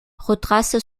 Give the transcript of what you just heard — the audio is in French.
retrace